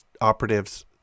operatives